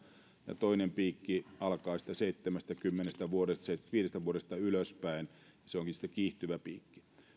ja toinen piikki alkaa siitä seitsemästäkymmenestä vuodesta seitsemästäkymmenestäviidestä vuodesta ylöspäin ja se onkin sitten kiihtyvä piikki